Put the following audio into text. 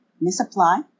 misapply